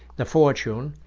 the fortune,